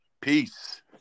Peace